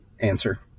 answer